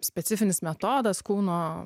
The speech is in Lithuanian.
specifinis metodas kūno